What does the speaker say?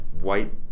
white